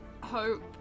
hope